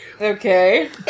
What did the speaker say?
Okay